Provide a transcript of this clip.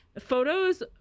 photos